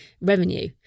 revenue